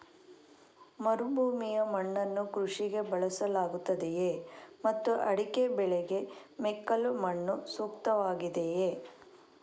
ಮರುಭೂಮಿಯ ಮಣ್ಣನ್ನು ಕೃಷಿಗೆ ಬಳಸಲಾಗುತ್ತದೆಯೇ ಮತ್ತು ಅಡಿಕೆ ಬೆಳೆಗೆ ಮೆಕ್ಕಲು ಮಣ್ಣು ಸೂಕ್ತವಾಗಿದೆಯೇ?